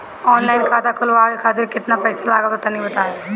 Online खाता खूलवावे खातिर केतना पईसा लागत बा तनि बताईं?